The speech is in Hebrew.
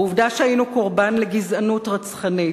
העובדה שהיינו קורבן לגזענות רצחנית,